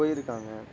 போயிருக்காங்க